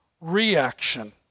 reaction